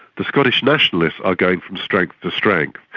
the scottish nationalists are going from strength to strength.